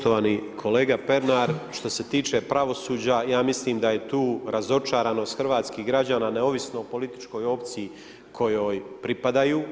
Poštovani kolega Pernar, što se tiče pravosuđa, ja mislim da je tu razočaranost hrvatskih građana neovisno o političkoj opciji kojoj pripadaju.